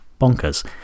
bonkers